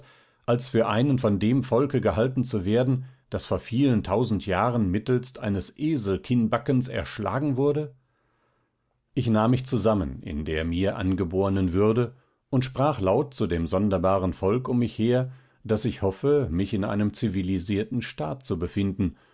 als für einen von dem volke gehalten zu werden das vor vielen tausend jahren mittelst eines eselkinnbackens erschlagen wurde ich nahm mich zusammen in der mir angebornen würde und sprach laut zu dem sonderbaren volk um mich her daß ich hoffe mich in einem zivilisierten staat zu befinden